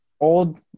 Old